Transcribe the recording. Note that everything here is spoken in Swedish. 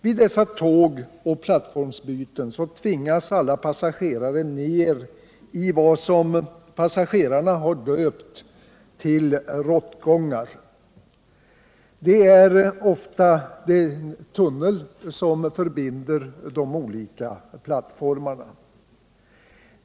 Vid dessa tågoch plattformsbyten tvingas alla passagerarna ner i vad passagerarna har döpt till råttgångar, den tunnel som förbinder de olika plattformarna.